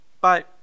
Bye